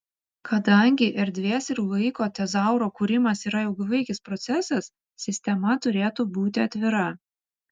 kadangi erdvės ir laiko tezauro kūrimas yra ilgalaikis procesas sistema turėtų būti atvira